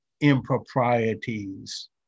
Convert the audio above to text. improprieties